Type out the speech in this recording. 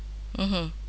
mmhmm